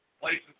places